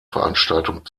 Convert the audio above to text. veranstaltung